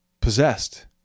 possessed